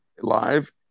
live